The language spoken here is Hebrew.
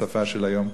בשפה של היום,